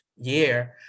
year